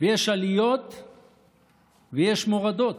ויש עליות ויש מורדות.